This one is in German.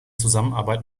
zusammenarbeit